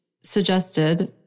suggested